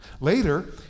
Later